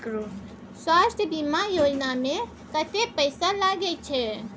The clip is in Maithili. स्वास्थ बीमा योजना में कत्ते पैसा लगय छै?